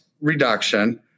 reduction